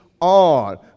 on